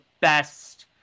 best